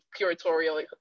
curatorial